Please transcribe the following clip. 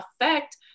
affect